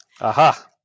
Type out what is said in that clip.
aha